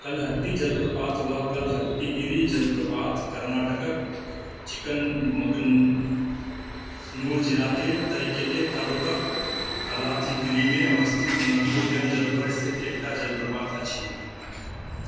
कलहट्टी जलप्रपात वा कलहट्टीगिरी जलप्रपात कर्नाटकक चिकमङ्गलूर जिलाक तरिकेके तालुकक कलाथिगिरीमे अवस्थित नदी उद्गम जलपर स्थित एकटा जलप्रपात अछि